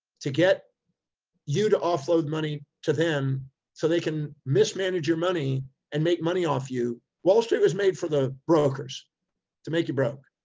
to get you to offload money to them so they can mismanage your money and make money off you. wall street was made for the brokers to make you broke.